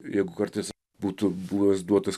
jeigu kartais būtų buvęs duotas